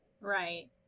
right